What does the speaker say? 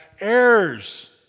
heirs